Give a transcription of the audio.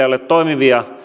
ole toimivia